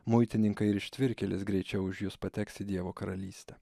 muitininkai ir ištvirkėlės greičiau už jus pateks į dievo karalystę